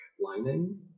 lining